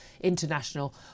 international